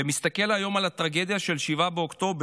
ומסתכל היום על הטרגדיה של 7 באוקטובר,